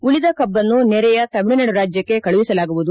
ಉಳಿದ ಕಬ್ಬನ್ನು ನೆರೆಯ ತಮಿಳುನಾಡು ರಾಜ್ಯಕ್ಕೆ ಕಳುಹಿಸಲಾಗುವುದು